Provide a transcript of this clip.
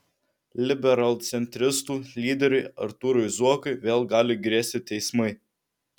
liberalcentristų lyderiui artūrui zuokui vėl gali grėsti teismai